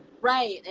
right